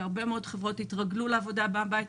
התרגלו לעבוד מהבית.